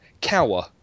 cower